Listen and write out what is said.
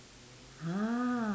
ha